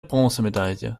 bronzemedaille